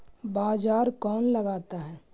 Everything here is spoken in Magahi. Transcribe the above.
बाजार कौन लगाता है?